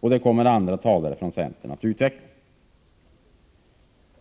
Detta kommer andra talare från centern att utveckla.